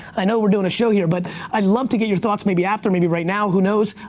i know we're doing a show here, but i'd love to get your thoughts, maybe after, maybe right now, who knows.